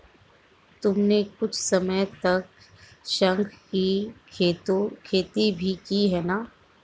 तुमने कुछ समय तक शंख की खेती भी की है ना?